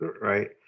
right